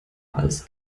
als